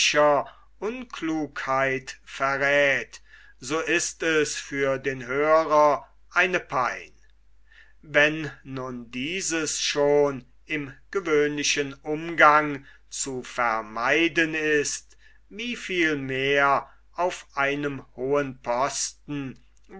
unklugheit verräth so ist es für den hörer eine pein wenn nun dieses schon im gewöhnlichen umgang zu vermeiden ist wie viel mehr auf einem hohen posten